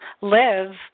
live